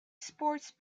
sports